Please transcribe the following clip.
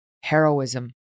heroism